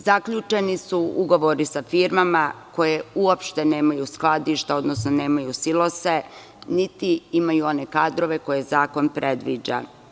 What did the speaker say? Zaključeni su ugovori sa firmama koje uopšte nemaju skladišta, odnosno nemaju silose niti imaju one kadrove koje zakon predviđa.